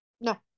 no